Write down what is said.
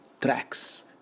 tracks